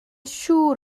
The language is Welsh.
siŵr